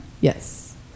Yes